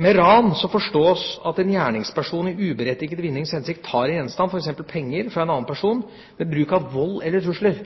Med ran forstås at en gjerningsperson i uberettiget vinnings hensikt tar en gjenstand, f.eks. penger, fra en annen person ved bruk av vold eller trusler,